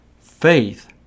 faith